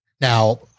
Now